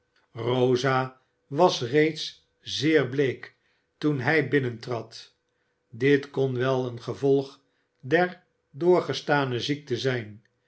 rosa was reeds zeer bleek toen hij binnentrad dit kon wel een gevolg der doorgestane ziekte zijn